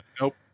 Nope